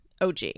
OG